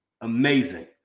amazing